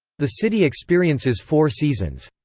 the city experiences four seasons.